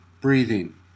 breathing